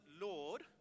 Lord